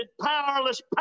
powerless